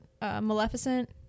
Maleficent